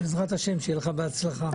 בעזרת השם, שיהיה לך בהצלחה.